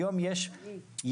היום יש אפשרות,